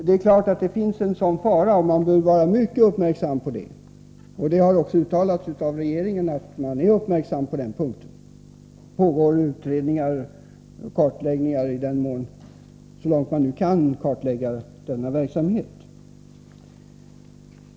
Det är klart att det finns en sådan fara, och man bör vara uppmärksam på den. Regeringen har också uttalat att den är uppmärksam på den punkten. Det pågår utredningar och kartläggningar — så långt man nu kan kartlägga denna verksamhet.